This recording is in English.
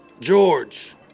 George